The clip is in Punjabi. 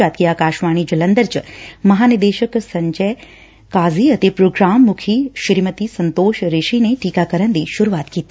ਜਦਕਿ ਆਕਾਸ਼ਵਾਣੀ ਜਲੰਧਰ ਚ ਮਹਾਂ ਨਿਦੇਸ਼ਕ ਸੰਜੇ ਕਾਜ਼ੀ ਅਤੇ ਪ੍ਰੋਗਰਾਮ ਮੁੱਖੀ ਸ੍ਰੀਮਤੀ ਸੰਤੋਸ਼ ਰਿਸ਼ੀ ਨੇ ਟੀਕਾਕਰਨ ਦੀ ਸ਼ੁਰੂਆਤ ਕੀਤੀ